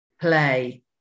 play